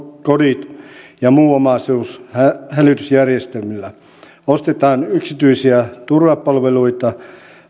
kodit ja muu omaisuus hälytysjärjestelmillä ostetaan yksityisiä turvapalveluita